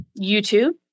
YouTube